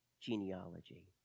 genealogy